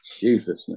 Jesus